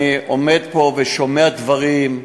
אני עומד פה ושומע דברים,